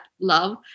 love